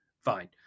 fine